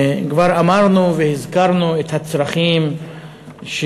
כבר אמרנו והזכרנו את הצרכים של